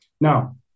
Now